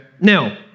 Now